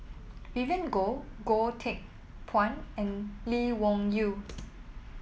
Vivien Goh Goh Teck Phuan and Lee Wung Yew